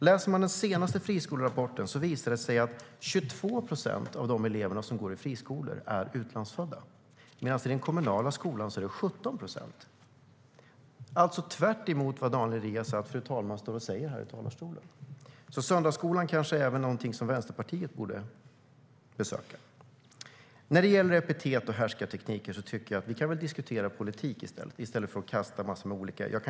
Läser man den senaste friskolerapporten visar det sig att 22 procent av de elever som går i friskolor är utlandsfödda, medan det i den kommunala skolan är 17 procent - alltså tvärtemot vad Daniel Riazat står och säger i talarstolen, fru talman. Söndagsskolan kanske är någonting som Vänsterpartiet borde besöka. När det gäller epitet och härskartekniker tycker jag att vi kan diskutera politik i stället för att kasta en massa olika epitet på varandra.